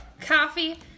Coffee